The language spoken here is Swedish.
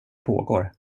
pågår